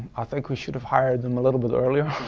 ah think we should have hired him a little bit earlier.